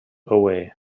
owe